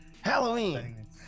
Halloween